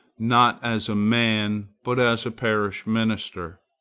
not as a man, but as a parish minister?